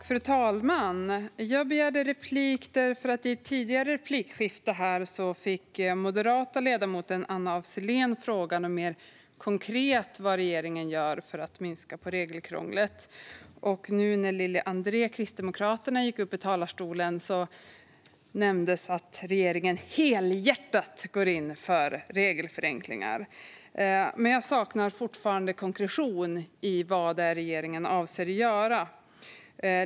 Fru talman! I ett tidigare replikskifte fick den moderata ledamoten Anna af Sillén frågan vad regeringen mer konkret gör för att minska regelkrånglet. Lili André nämnde i talarstolen att regeringen helhjärtat går in för regelförenklingar, men jag saknar fortfarande konkretion i vad det är regeringen avser att göra.